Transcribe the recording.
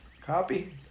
Copy